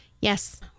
Yes